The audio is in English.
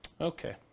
Okay